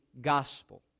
gospel